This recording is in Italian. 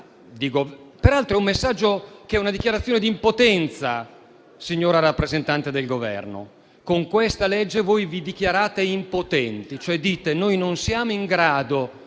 Peraltro, è un messaggio che è una dichiarazione di impotenza, signora rappresentante del Governo. Con questa legge voi vi dichiarate impotenti, cioè dite di non essere in grado